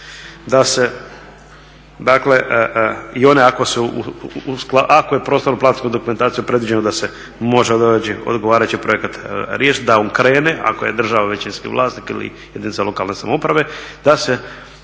da se dakle i one ako je u prostorno-planskoj dokumentaciji predviđeno da se može … odgovarajući projekat riješit da on krene ako je država većinski vlasnik ili jedinica lokalne samouprave, da se